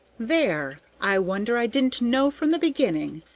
there! i wonder i didn't know from the beginning,